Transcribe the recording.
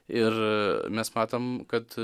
ir mes matom kad